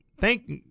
Thank